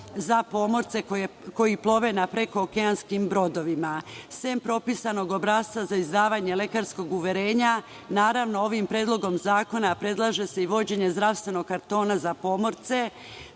za pomorce koji plove na prekookeanskim brodovima. Sem propisanog obrasca, za izdavanje lekarskog uverenja, ovim predlogom zakona, predlaže se i vođenje zdravstvenog kartona za pomorce